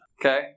Okay